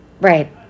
Right